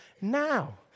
now